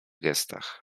gestach